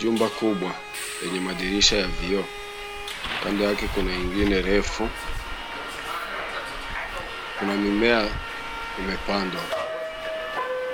Jumba kubwa lenye madirisha ya vioo. Kando yake kuna ingine refu. Kuna mimea imepandwa.